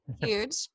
Huge